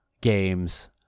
games